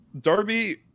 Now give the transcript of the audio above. Darby